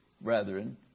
brethren